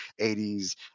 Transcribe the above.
80s